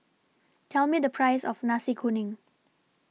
Tell Me The Price of Nasi Kuning